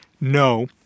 no